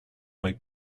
make